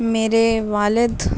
میرے والد